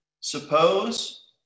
suppose